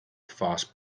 fast